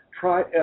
Try